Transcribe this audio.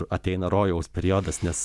ateina rojaus periodas nes